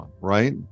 right